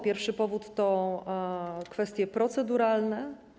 Pierwszy powód to kwestie proceduralne.